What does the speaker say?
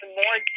more